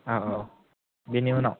औ औ बिनि उनाव